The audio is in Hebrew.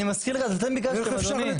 אני מזכיר לכם שאתם ביקשתם, אדוני.